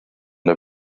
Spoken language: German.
der